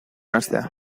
hastea